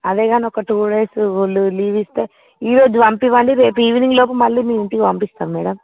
అదే కానీ ఒక టూ డేస్ లు లీవ్ ఇస్తే ఈరోజు పంపివ్వండి రేపు ఈవెనింగ్ లోపు మళ్ళీ మీ ఇంటికి పంపిస్తాం మేడం